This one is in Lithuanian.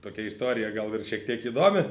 tokia istorija gal ir šiek tiek įdomi